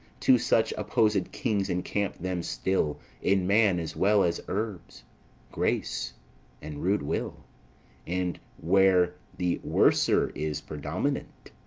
two such opposed kings encamp them still in man as well as herbs grace and rude will and where the worser is predominant,